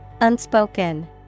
Unspoken